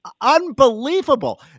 unbelievable